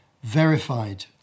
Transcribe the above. verified